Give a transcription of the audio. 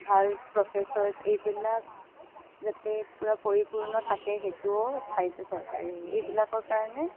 ভাল প্ৰফেচৰছ্ এইবিলাক যাতে পুৰা পৰিপূৰ্ণ থাকে সেইটোও চাইছে চৰকাৰে এইবিলাকৰ কাৰণে